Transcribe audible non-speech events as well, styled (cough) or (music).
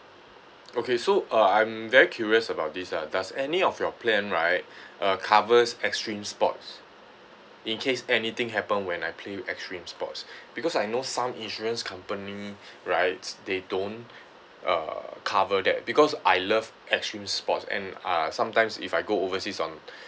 okay so uh I'm very curious about this ah does any of your plan right (breath) uh covers extreme sports in case anything happen when I play extreme sports because I know some insurance company right they don't uh cover that because I love extreme sports and uh sometimes if I go overseas on